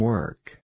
Work